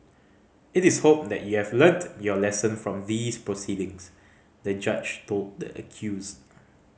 it is hoped that you have learnt your lesson from these proceedings the Judge told the accused